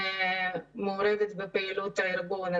אני מעורבת בפעילות הארגון.